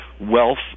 wealth